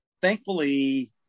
Thankfully